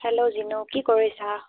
hello Jinu কি কৰিছা